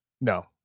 No